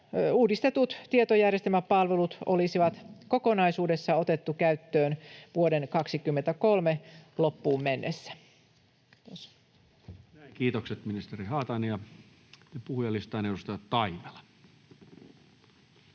Uudistetut tietojärjestelmäpalvelut olisi kokonaisuudessaan otettu käyttöön vuoden 23 loppuun mennessä. — Kiitos. Kiitokset, ministeri Haatainen. — Nyt puhujalistaan, edustaja Taimela.